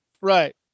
Right